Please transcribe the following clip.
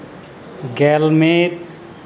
ᱜᱮᱞ ᱢᱤᱫ